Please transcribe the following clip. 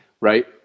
right